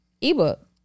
ebook